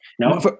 No